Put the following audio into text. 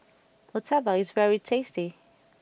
Murtabak is very tasty